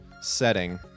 setting